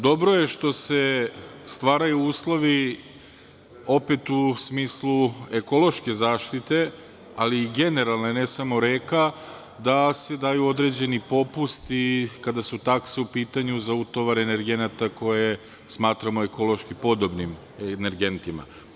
Dobro je što se stvaraju uslovi u smislu ekološke zaštite, ali i generalne, ne samo reka, da se daju određeni popusti kada su takse u pitanju za utovare energenata koje smatramo ekološki podobnim energentima.